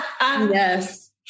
yes